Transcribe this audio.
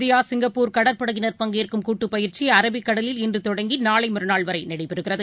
India Singapore கடற்படையினர் பங்கேற்கும் கூட்டுப் பயிற்சிஅரபிக் கடலில் இன்றுதொடங்கிநாளைமறுநாள்வரைநடைபெறுகிறது